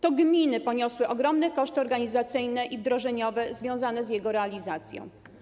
To gminy poniosły ogromne koszty organizacyjne i wdrożeniowe związane z jego realizacją.